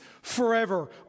Forever